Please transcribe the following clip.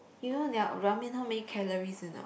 you know their ramen how many calories or not